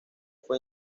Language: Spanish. fue